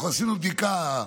עשינו בדיקה,